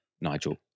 Nigel